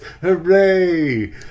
Hooray